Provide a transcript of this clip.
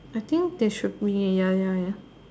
I think there should be ya ya ya